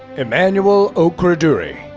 emmanuel okwudiri.